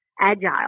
agile